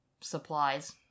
supplies